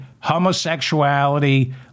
homosexuality